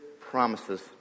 promises